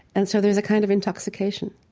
and so there's a kind of intoxication